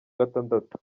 gatandatu